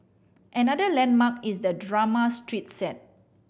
another landmark is the drama street set